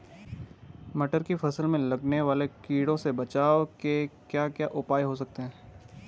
मटर की फसल में लगने वाले कीड़ों से बचाव के क्या क्या उपाय हो सकते हैं?